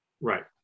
Right